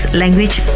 language